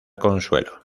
consuelo